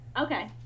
Okay